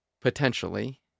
potentially